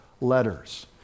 letters